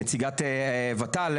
אמרה נציגת ות"ל,